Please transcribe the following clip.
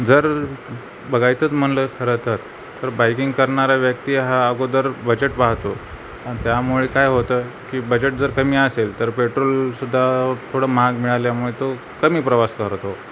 जर बघायचंच म्हटलं खरं तर तर बायकिंग करणारा व्यक्ती हा अगोदर बजेट पाहतो अ त्यामुळे काय होतं की बजेट जर कमी असेल तर पेट्रोलसुद्धा थोडं महाग मिळाल्यामुळे तो कमी प्रवास करतो